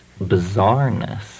bizarreness